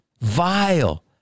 vile